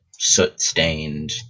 Soot-stained